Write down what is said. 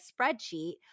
spreadsheet